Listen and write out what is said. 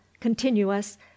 continuous